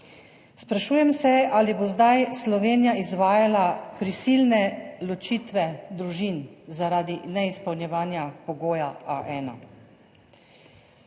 Sprašujem se, ali bo zdaj Slovenija izvajala prisilne ločitve družin, zaradi neizpolnjevanja pogoja A1?